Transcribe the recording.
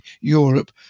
Europe